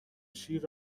شیر